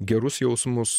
gerus jausmus